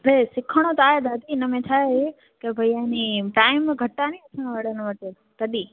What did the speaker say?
सिखिणो त आहे दादी हिनमें छा आहे के भई आहे नि टाइम घटि आहे न तॾहिं